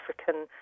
African